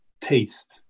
taste